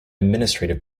administrative